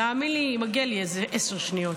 תאמין לי, מגיעות לי איזה עשר שניות.